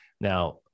now